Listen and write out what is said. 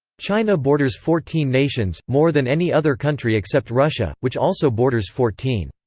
china borders fourteen nations, more than any other country except russia, which also borders fourteen.